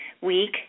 week